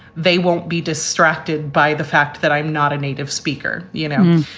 they won't be distracted by the fact that i'm not a native speaker, you know?